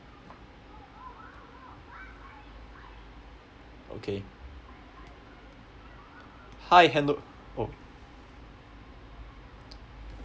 okay hi hello oh